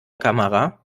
kamera